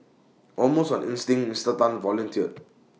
almost on instinct Mister Tan volunteered